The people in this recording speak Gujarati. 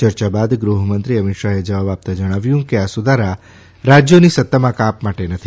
ચર્ચા બાદ ગુહમંત્રીશ્રી અમીત શાહે જવાબ આપતાં જણાવ્યું કે આ સુધારા રાજયોની સત્તામાં કાપ માટે નથી